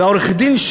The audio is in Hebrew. והעורך-דין,